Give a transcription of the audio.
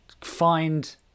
find